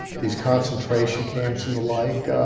these concentration camps and the like.